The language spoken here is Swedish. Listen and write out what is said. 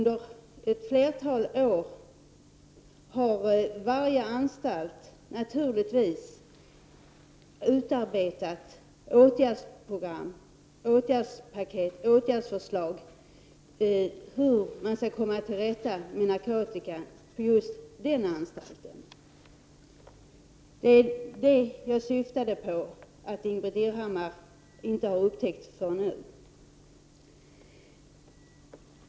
Varje anstalt har naturligtvis under ett flertal år utarbetat åtgärdsprogram, åtgärdspaket och åtgärdsförslag som handlar om hur man skall komma till rätta med narkotikan på just den anstalten. Det var det jag menade att Ingbritt Irhammar inte hade upptäckt förrän nu.